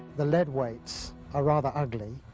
the lead weights are rather ugly.